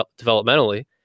developmentally